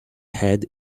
head